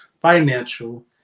financial